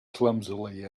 clumsily